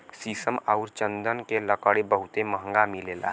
शीशम आउर चन्दन के लकड़ी बहुते महंगा मिलेला